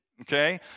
okay